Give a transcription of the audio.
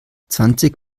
zwanzig